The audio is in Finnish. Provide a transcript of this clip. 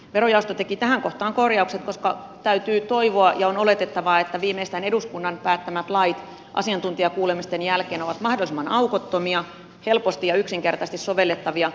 verojaosto teki tähän kohtaan korjaukset koska täytyy toivoa ja on oletettavaa että viimeistään eduskunnan päättämät lait asiantuntijakuulemisten jälkeen ovat mahdollisimman aukottomia helposti ja yksinkertaisesti sovellettavia